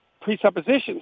presuppositions